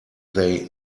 they